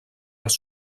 els